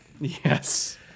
Yes